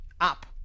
up